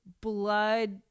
blood